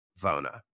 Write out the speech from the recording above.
Vona